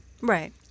Right